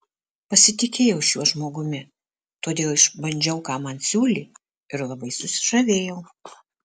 pasitikėjau šiuo žmogumi todėl išbandžiau ką man siūlė ir labai susižavėjau